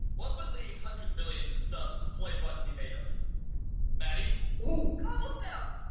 what would the hundred million subs play button be made of maddie whoo, cobblestone